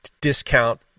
discount